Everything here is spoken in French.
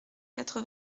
quatre